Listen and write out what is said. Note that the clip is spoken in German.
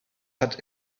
hat